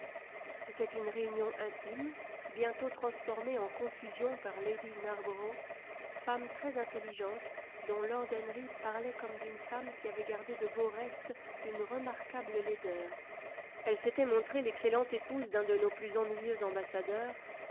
c'était une réunion intime bientôt transformée en confusion par lady narborough femme très intelligente dont lord henry parlait comme d'une femme qui avait gardé de beaux restes d'une remarquable laideur elle s'était montrée l'excellente épouse d'un de nos plus ennuyeux ambassadeurs